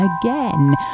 again